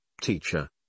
Teacher